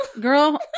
Girl